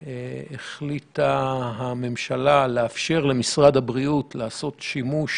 החליטה הממשלה לאפשר למשרד הבריאות לעשות שימוש